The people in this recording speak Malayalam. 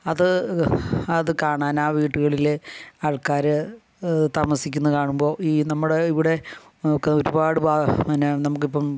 അത് അത് കാണാൻ ആ വീടുകളിലെ ആൾക്കാർ താമസിക്കുന്നത് കാണുമ്പോൾ ഈ നമ്മടെ ഇവിടെ ഒക്കെ ഒരുപാട് പിന്നെ നമുക്കിപ്പം